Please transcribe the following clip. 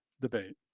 debate